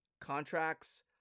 contracts